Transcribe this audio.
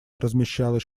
размещалась